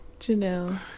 Janelle